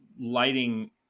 lighting